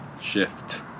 shift